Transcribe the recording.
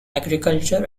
agriculture